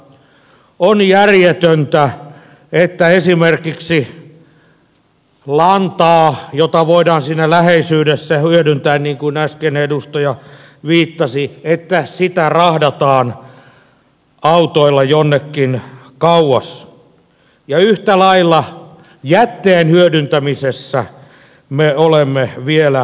on järjetöntä että esimerkiksi lantaa jota voidaan siinä läheisyydessä hyödyntää niin kuin äskeinen edustaja mainitsi rahdataan autoilla jonnekin kauas ja yhtä lailla jätteen hyödyntämisessä me olemme vielä kehityksen alkutaipaleella